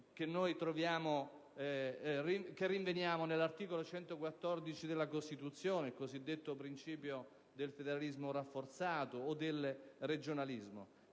che rinveniamo nell'articolo 114 della Costituzione, il cosiddetto principio del federalismo rafforzato o del regionalismo.